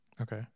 Okay